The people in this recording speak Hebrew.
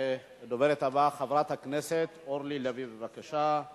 הדוברת הבאה, חברת הכנסת אורלי לוי, בבקשה.